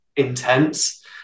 intense